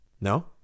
no